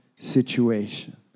situation